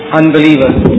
unbelievers